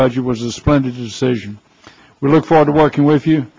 budget was a splendid decision we look forward to working with you